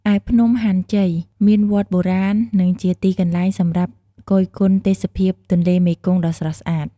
ឯភ្នំហាន់ជ័យ មានវត្តបុរាណ និងជាទីកន្លែងសម្រាប់គយគន់ទេសភាពទន្លេមេគង្គដ៏ស្រស់ស្អាត។